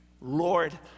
Lord